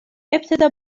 ابتدا